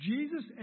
Jesus